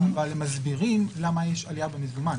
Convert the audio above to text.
אבל הם מסבירים למה יש עלייה במזומן.